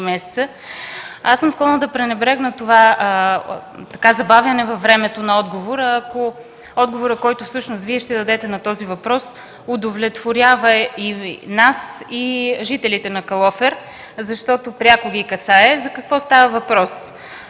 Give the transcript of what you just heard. Аз съм склонна да приема забавянето на отговора във времето, ако отговорът, който всъщност Вие ще дадете на този въпрос, удовлетворява и нас, и жителите на Калофер, защото пряко ги касае. За какво става въпрос?